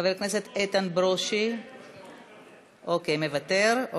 חבר הכנסת איתן ברושי, אוקיי, מוותר.